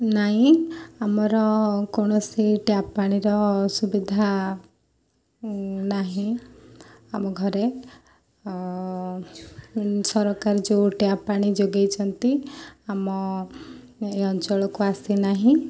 ନାହିଁ ଆମର କୌଣସି ଟ୍ୟାପ୍ ପାଣିର ସୁବିଧା ନାହିଁ ଆମ ଘରେ ସରକାର ଯେଉଁ ଟ୍ୟାପ୍ ପାଣି ଯୋଗାଇଛନ୍ତି ଆମ ଏ ଅଞ୍ଚଳକୁ ଆସିନାହିଁ